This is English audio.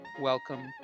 welcome